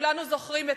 כולנו זוכרים את